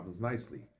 nicely